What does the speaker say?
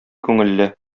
күңелле